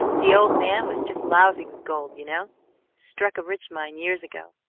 the old man was just lousy with gold, you know struck a rich mine years ago.